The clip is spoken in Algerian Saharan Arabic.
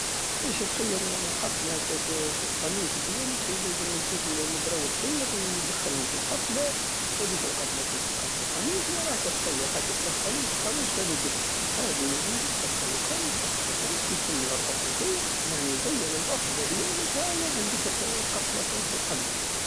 بش تخيط يعني قفلة فال- القميص ديالك لازم تجيب لبرة ولخيط دخلهم في القفلة وهديك القفلة تلصقها في القميص وراك تخيط راك دخل وتخرج في هدوك التقابي الي عندك دخل وخرج دخل وخرج كي تكمل اربط الخيط يعني زير العقدة ديالك هيا عندك قفلة فالقميص